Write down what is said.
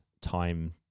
time